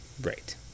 Right